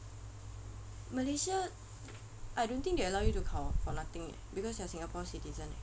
Malaysia I don't think they would allow you to come for nothing eh because you are Singapore citizen eh